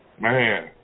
Man